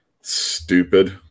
stupid